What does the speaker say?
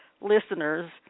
listeners